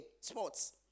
sports